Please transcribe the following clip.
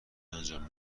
انجام